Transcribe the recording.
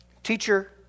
Teacher